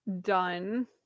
done